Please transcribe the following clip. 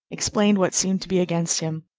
explained what seemed to be against him,